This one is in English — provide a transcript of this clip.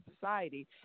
society